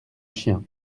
chien